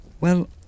Well